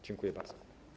Dziękuję bardzo.